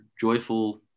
Joyful